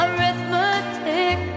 Arithmetic